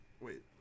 wait